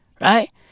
Right